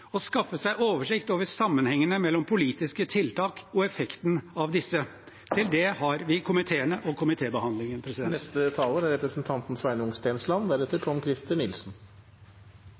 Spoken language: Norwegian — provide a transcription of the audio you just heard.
å skaffe seg oversikt over sammenhengene mellom politiske tiltak og effekten av disse. Til det har vi komiteene og komitébehandlingen. Samuel Butler sa: «Vaksinasjon er